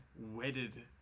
wedded